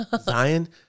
Zion